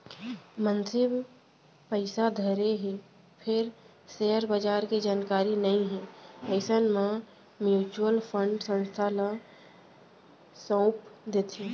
मनसे पइसा धरे हे फेर सेयर बजार के जानकारी नइ हे अइसन म म्युचुअल फंड संस्था ल सउप देथे